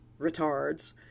retards